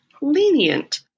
lenient